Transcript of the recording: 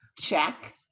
Check